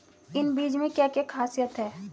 इन बीज में क्या क्या ख़ासियत है?